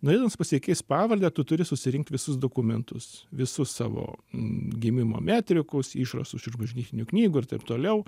norėdamas pasikeist pavardę tu turi susirinkt visus dokumentus visus savo gimimo metrikus išrašus iš bažnytinių knygų ir taip toliau